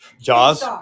Jaws